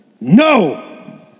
No